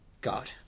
god